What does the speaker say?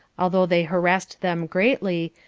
although they harassed them greatly,